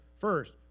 First